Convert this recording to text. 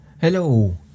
Hello